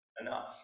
enough